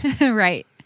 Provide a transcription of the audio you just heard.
Right